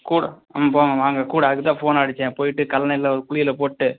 கூட போகலா வாங்க கூட அதுக்குதான் போன் அடிச்சேன் போய்ட்டு கல்லணையில் ஒரு குளியலை போட்டு